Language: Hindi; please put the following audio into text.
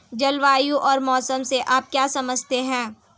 जलवायु और मौसम से आप क्या समझते हैं?